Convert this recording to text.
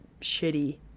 shitty